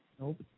Nope